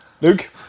Luke